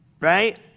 right